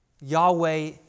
Yahweh